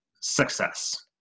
success